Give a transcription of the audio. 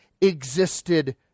existed